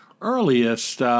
earliest